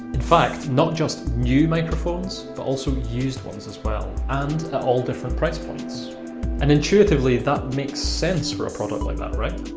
in fact, not just new microphones, but also used ones as well and at all different price points and intuitively, that makes sense for a product like that right?